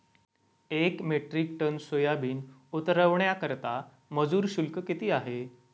एक metric ton soybean उतरवण्याकरता मजूर शुल्क किती आहे?